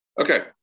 Okay